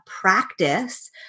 practice